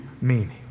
meaning